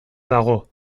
dago